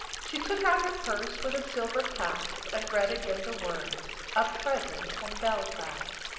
she took out her purse with the silver clasps and read again the words a present from belfast.